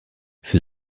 für